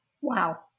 Wow